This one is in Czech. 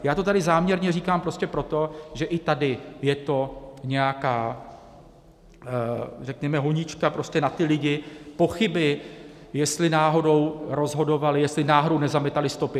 Já to tady záměrně říkám prostě proto, že i tady je to nějaká řekněme honička prostě na ty lidi, pochyby, jestli náhodou rozhodovali, jestli náhodou nezametali stopy.